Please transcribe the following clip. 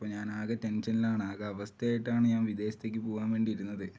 അപ്പം ഞാൻ ആകെ ടെൻഷനിലാണ് ആകെ അവസ്ഥയായിട്ടാണ് ഞാൻ വിദേശത്തേക്ക് പോകുവാൻ വേണ്ടി ഇരുന്നത്